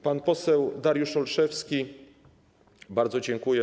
Pan poseł Dariusz Olszewski - bardzo dziękuję.